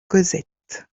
cosette